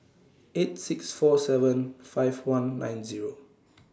eight six four seven five one nine Zero